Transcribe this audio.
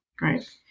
right